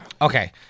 Okay